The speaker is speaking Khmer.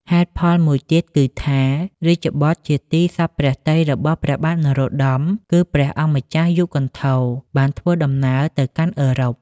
ហេតុផលមួយទៀតគឺថា រាជបុត្រជាទីសព្វព្រះទ័យរបស់ព្រះបាទនរោត្តម គឺព្រះអង្គម្ចាស់យុគន្ធរ បានធ្វើដំណើរទៅកាន់អឺរ៉ុប។